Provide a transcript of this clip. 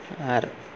ᱟᱨ